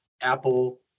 Apple